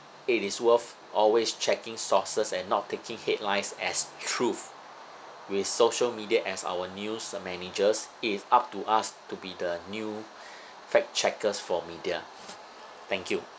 it is worth always checking sources and not taking headlines as truth with social media as our news managers it is up to us to be the new fact checkers for media thank you